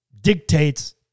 dictates